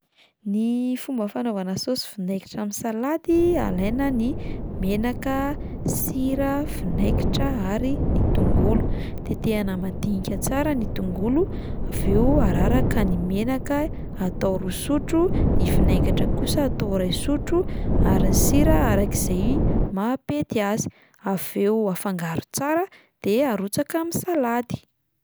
Ny fomba fanaovana saosy vinaingitra amin'ny salady: alaina ny menaka, sira, vinaingitra ary ny tongolo, tetehana madinika tsara ny tongolo, avy eo araraka ny menaka atao roa sotro, ny vinaingitra atao iray sotro ary ny sira arak'izay mampety azy, avy eo afangaro tsara de arotsaka amin'ny salady.